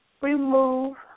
remove